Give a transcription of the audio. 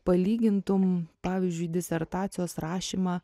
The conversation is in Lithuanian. palygintum pavyzdžiui disertacijos rašymą